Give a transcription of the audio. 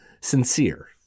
sincere